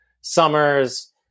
summers